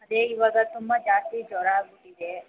ಅದೇ ಇವಾಗ ತುಂಬ ಜಾಸ್ತಿ ಜ್ವರ ಆಗ್ಬಿಟ್ಟಿದೆ